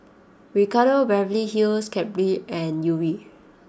Ricardo Beverly Hills Cadbury and Yuri